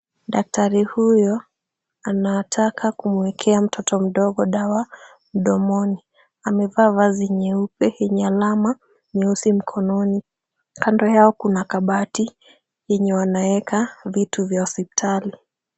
Daktari huyo anataka kumuekea mtoto mdogo dawa mdomoni. Amevaa vazi nyeupe yenye alama nyeusi mkononi. Kando yao kuna kabati yenye wanaweka vitu vya hospitali.